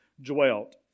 dwelt